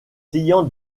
clients